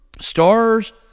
stars